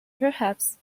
perhaps